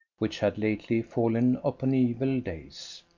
which had lately fallen upon evil days.